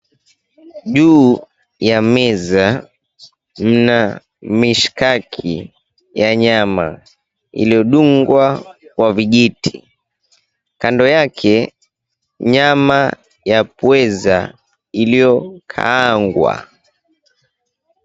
Juu ya meza mna mishikaki ya nyama iliyodungwa kwa vijiti. Kando yake nyama ya pweza iliyokaangwa.